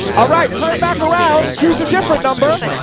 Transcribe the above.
ah right, turn back around, choose a different number.